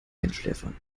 einschläfern